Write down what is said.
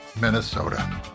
Minnesota